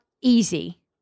easy